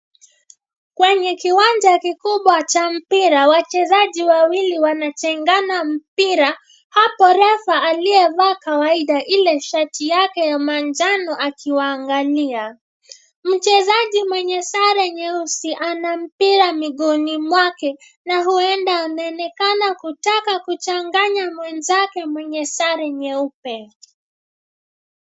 Kwenye kiwanja kikubwa cha mpira wachezaji wawili wanachengana mpira. Hapo refa aliyevaa kawaida ile shati yake ya manjano akiwaangalia. Mchezaji mwenye sare nyeusi anampiga miguuni mwake na huenda anaonekana kutaka kuchanganya mwenzake mwenye sare nyeupe.